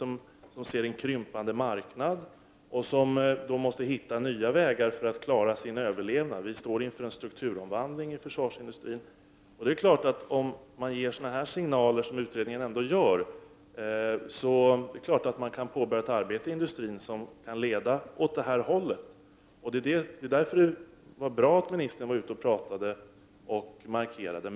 Man ser där en krympande marknad och måste hitta nya vägar för att klara sin överlevnad. Vi står inför en strukturomvandling inom försvarsindustrin. Ger man sådana signaler som utredningen ger kan industrin påbörja ett arbete som kan leda åt det hållet. Det är därför bra att ministern har talat om detta och gjort en markering.